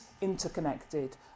interconnected